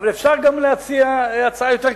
אבל אפשר גם להציע הצעה יותר קלה.